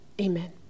Amen